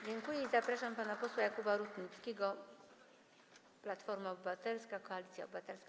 Dziękuję i zapraszam pana posła Jakuba Rutnickiego, Platforma Obywatelska - Koalicja Obywatelska.